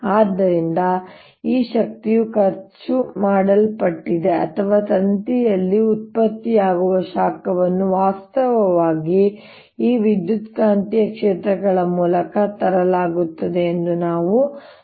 ಆದ್ದರಿಂದ ಈ ಶಕ್ತಿಯು ಖರ್ಚು ಮಾಡಲ್ಪಟ್ಟಿದೆ ಅಥವಾ ತಂತಿಯಲ್ಲಿ ಉತ್ಪತ್ತಿಯಾಗುವ ಶಾಖವನ್ನು ವಾಸ್ತವವಾಗಿ ಈ ವಿದ್ಯುತ್ಕಾಂತೀಯ ಕ್ಷೇತ್ರಗಳ ಮೂಲಕ ತರಲಾಗುತ್ತದೆ ಎಂದು ನಾವು ತೋರಿಸಿದ್ದೇವೆ